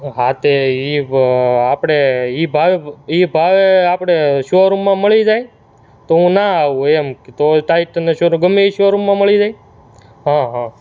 હા તે એ આપણે એ ભાવે એ ભાવે આપણે શો રૂમમાં મળી જાય તો હું ના આવું એમ કે તો ટાઇટનનો શો રૂ ગમે તે શોરૂમમાં મળી જાય હં હં